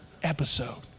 episode